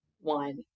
one